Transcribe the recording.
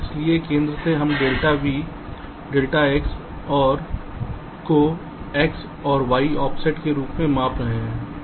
इसलिए केंद्र से हम डेल्टा v डेल्टा x को x और y ऑफ़सेट के रूप में माप रहे हैं